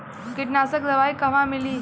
कीटनाशक दवाई कहवा मिली?